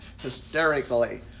hysterically